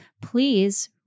please